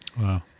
Wow